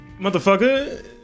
motherfucker